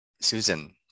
Susan